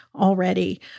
already